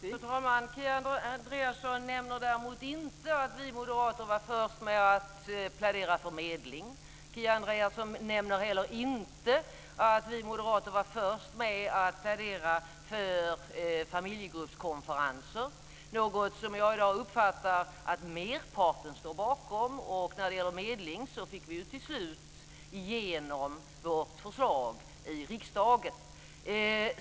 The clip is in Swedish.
Fru talman! Kia Andreasson nämner inte att vi moderater var först med att plädera för medling. Kia Andreasson nämner inte heller att vi moderater var först med att plädera för familjegruppskonferenser, något som jag i dag uppfattar att merparten står bakom. När det gäller medling fick vi till slut igenom vårt förslag i riksdagen.